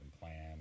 plan